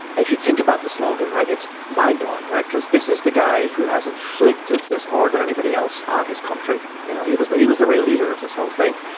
if you think about the slogan right it's mind blowing right because this is the guy who has inflicted this more than anybody else on his country. you know he was he was the ringleader of this whole thing.